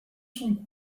son